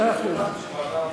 מאה אחוז.